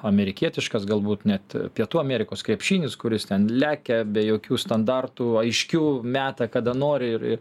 amerikietiškas galbūt net pietų amerikos krepšinis kuris ten lekia be jokių standartų aiškių metą kada nori ir ir